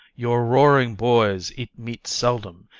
your roaring boys eat meat seldom,